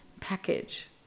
package